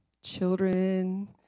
Children